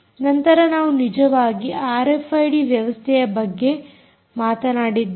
ನಂತರ ನಾವು ನಿಧಾನವಾಗಿ ಆರ್ಎಫ್ಐಡಿ ವ್ಯವಸ್ಥೆಯ ಬಗ್ಗೆ ಮಾತನಾಡಿದ್ದೇವೆ